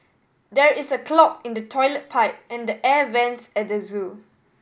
there is a clog in the toilet pipe and air vents at the zoo